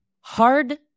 Hard